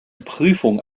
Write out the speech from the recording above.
prüfung